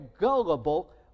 gullible